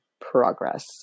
progress